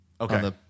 Okay